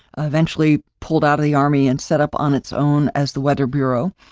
eventually pulled out of the army and set up on its own as the weather bureau.